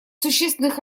существенных